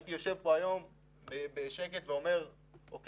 הייתי יושב כאן היום בשקט ואומר בסדר,